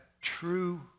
true